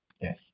Yes